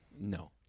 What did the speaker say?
No